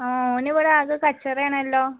ആ ഓനിവിടെ ആകെ കച്ചറയാണല്ലോ